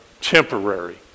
temporary